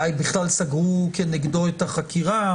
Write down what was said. אולי בכלל סגרו כנגדו את החקירה